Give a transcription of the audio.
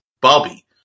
Bobby